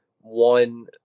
one